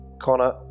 Connor